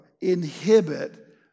inhibit